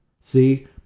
see